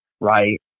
right